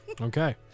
Okay